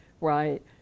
right